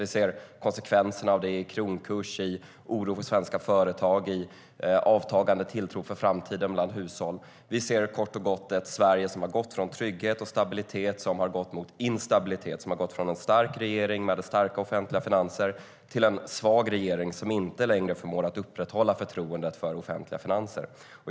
Vi ser konsekvenserna av detta i kronkurs, i oro för svenska företag och i avtagande tilltro på framtiden bland hushåll. Vi ser kort och gott ett Sverige som har gått från trygghet och stabilitet mot instabilitet, som har gått från en stark regering med starka offentliga finanser till en svag regering som inte längre förmår att upprätthålla förtroendet för offentliga finanser.